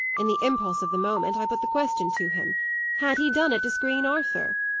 in the impulse of the moment, i put the question to him had he done it to screen arthur?